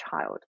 child